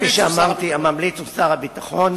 כפי שאמרתי, הממליץ הוא שר הביטחון.